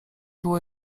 było